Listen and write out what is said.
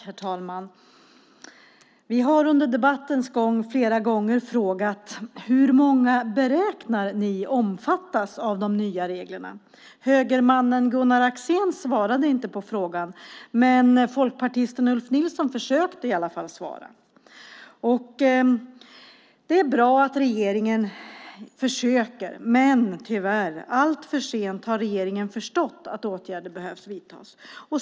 Herr talman! Vi har under debattens gång flera gånger frågat hur många ni beräknar omfattas av de nya reglerna. Högermannen Gunnar Axén svarade inte på frågan, men folkpartisten Ulf Nilsson försökte i alla fall svara. Det är bra att regeringen försöker, men tyvärr alltför sent har regeringen förstått att åtgärder behöver vidtas.